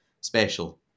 special